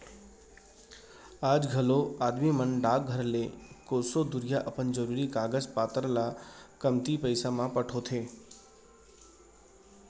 आज घलौ आदमी मन डाकघर ले कोसों दुरिहा अपन जरूरी कागज पातर ल कमती पइसा म पठोथें